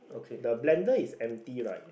the blender is empty right